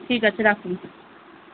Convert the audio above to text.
ঠিক আছে রাখুন